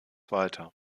weiter